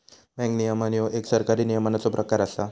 bank नियमन ह्यो एक सरकारी नियमनाचो प्रकार असा